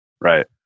Right